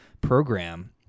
program